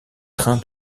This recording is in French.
train